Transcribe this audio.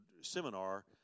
seminar